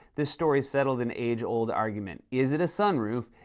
this story settled an age-old argument. is it a sunroof?